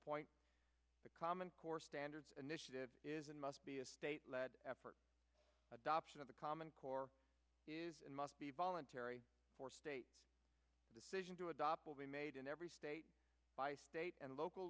point the common core standards an issue that is and must be a state led effort adoption of the common core is and must be voluntary for state decision to adopt will be made in every state by state and local